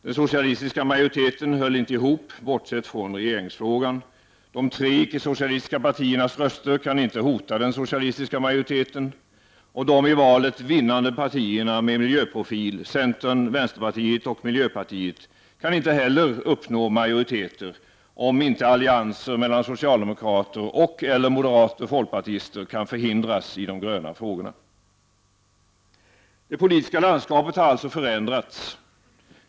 Den socialistiska majoriteten höll inte ihop, bortsett från i regeringsfrågan. De tre icke-socialistiska partiernas röster kan inte hota den socialistiska majoriteten. De i valet vinnande partierna med miljö profil — centern, vänsterpartiet och miljöpartiet — kan inte heller uppnå majoriteter, om inte allianser mellan socialdemokrater och - folkpartister kan förhindras i de gröna frågorna. Det politiska landskapet har förändrats.